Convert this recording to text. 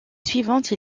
suivante